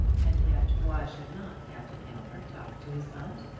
and yet why should not captain aylmer talk to his aunt?